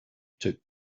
took